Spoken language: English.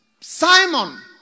Simon